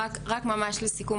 רק ממש לסיכום,